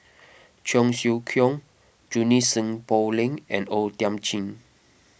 Cheong Siew Keong Junie Sng Poh Leng and O Thiam Chin